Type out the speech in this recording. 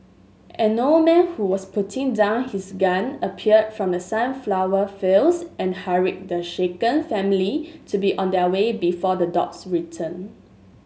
an old man who was putting down his gun appeared from the sunflower fields and hurried the shaken family to be on their way before the dogs return